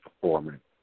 performance